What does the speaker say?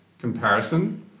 comparison